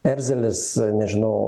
erzelis nežinau